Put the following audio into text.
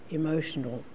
emotional